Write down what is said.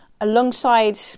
alongside